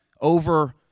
over